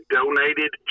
donated